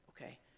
okay